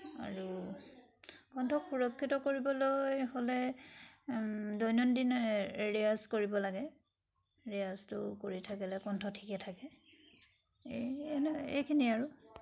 আৰু কণ্ঠ সুৰক্ষিত কৰিবলৈ হ'লে দৈনন্দিন ৰেৱাজ কৰিব লাগে ৰেৱাজটো কৰি থাকিলে কণ্ঠ ঠিকে থাকে এই এনেকুৱা এইখিনিয়ে আৰু